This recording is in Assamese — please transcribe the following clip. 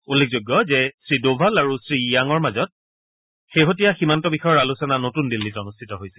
উল্লেখযোগ্য যে শ্ৰীদোভাল আৰু শ্ৰীয়াঙৰ মাজৰ শেহতীয়া সীমান্ত বিষয়ৰ আলোচনা নতুন দিল্লীত অনুষ্ঠিত হৈছিল